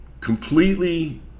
completely